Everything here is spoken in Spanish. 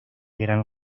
gran